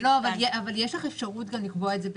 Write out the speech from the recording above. אבל יש לך אפשרות לקבוע את זה בכללים.